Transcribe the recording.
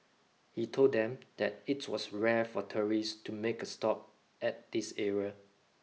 he told them that it was rare for tourists to make a stop at this area